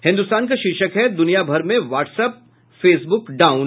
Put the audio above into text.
हिन्द्रस्तान का शीर्षक है दुनिया भर में व्हाट्सएप फेसबुक डाउन